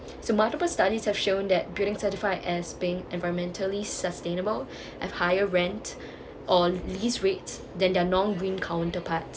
so multiple studies have shown that building certified as being environmentally sustainable have higher rent or lease rates than their non green counterparts